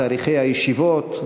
תאריכי הישיבות,